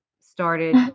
started